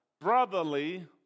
brotherly